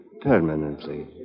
permanently